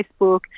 Facebook